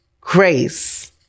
grace